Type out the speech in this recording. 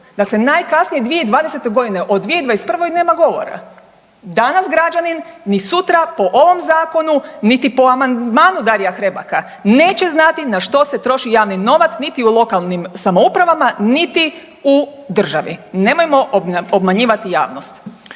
Dakle najkasnije 2020. g., o 2021. nema govora. Danas građanin ni sutra po ovom Zakonu niti po amandmanu Darija Hrebaka neće znati na što se troši javni novac niti u lokalnim samoupravama niti u državi. Nemojmo obmanjivati javnost.